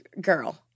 girl